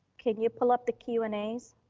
can you pull up the q and a's?